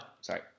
sorry